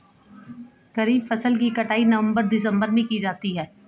खरीफ फसल की कटाई नवंबर दिसंबर में की जाती है